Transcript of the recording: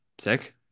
sick